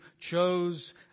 chose